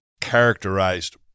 characterized